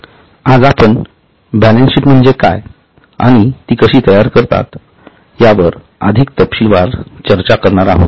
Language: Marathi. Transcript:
आज आपण बॅलन्सशीट म्हणजे काय आणि ती कशी तयार करतात यावर अधिक तपशीलवार चर्चा करणार आहोत